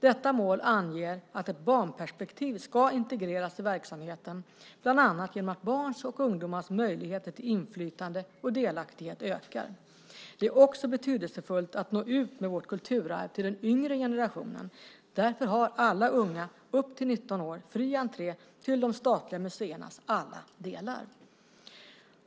Detta mål anger att ett barnperspektiv ska integreras i verksamheten, bland annat genom att barns och ungdomars möjligheter till inflytande och delaktighet ökar. Det är också betydelsefullt att nå ut med vårt kulturarv till den yngre generationen. Därför har alla unga upp till 19 år fri entré till de statliga museernas alla delar.